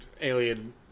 Alien